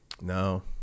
No